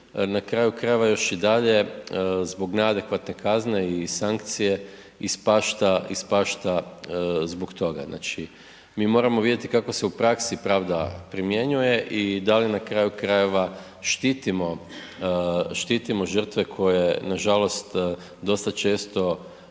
na kraju krajeva još i dalje zbog neadekvatne kazne i sankcije ispašta, ispašta zbog toga, znači mi moramo vidjeti kako se u praksi pravda primjenjuje i da li na kraju krajeva štitimo, štitimo žrtve koje nažalost dosta često